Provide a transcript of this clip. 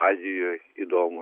azijoj įdomu